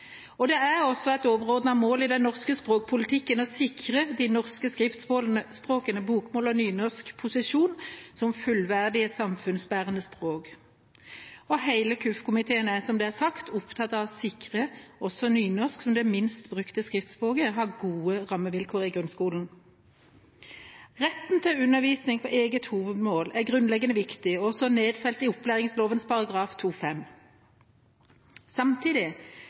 Det er også et overordnet mål i den norske språkpolitikken å sikre de norske skriftspråkene, bokmål og nynorsk, posisjon som fullverdige samfunnsbærende språk. Hele kirke- utdannings- og forskningskomiteen er, som det har blitt sagt, opptatt av å sikre at også nynorsk som det minst brukte skriftspråket har gode rammevilkår i grunnskolen. Retten til undervisning på eget hovedmål er grunnleggende viktig og er også nedfelt i opplæringsloven § 2-5. Samtidig